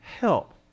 help